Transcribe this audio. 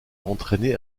entraîné